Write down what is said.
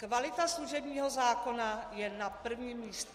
Kvalita služebního zákona je na prvním místě.